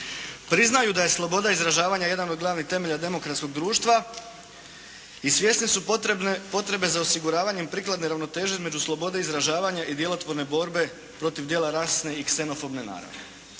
Priznaju da je sloboda izražavanja jedna od glavnih temelja demokratskog društva. I svjesni su potrebe za osiguravanjem prikladne ravnoteže između slobode izražavanja i djelotvorne borbe protiv dijela rasne i ksenofobne naravi.